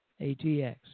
ATX